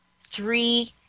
three